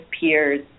peers